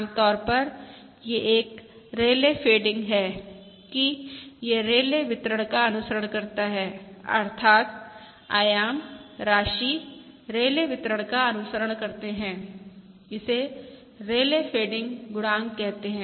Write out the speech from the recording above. आमतौर पर यह एक रेलेह फेडिंग है कि यह रेलेह वितरण का अनुसरण करता है अर्थात् आयाम राशि रेलेह वितरण का अनुसरण करते है इसे रेलेह फेडिंग गुणांक कहते है